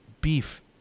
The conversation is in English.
beef